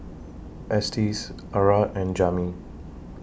Estes Arah and Jami